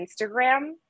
Instagram